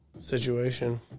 situation